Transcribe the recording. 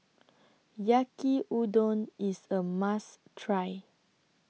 Yaki Udon IS A must Try